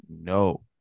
No